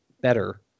better